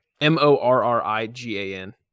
M-O-R-R-I-G-A-N